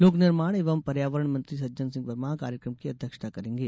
लोक निर्माण एवं पर्यावरण मंत्री सज्जन सिंह वर्मा कार्यक्रम की अध्यक्षता करेंगे